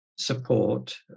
support